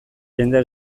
jende